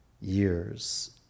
years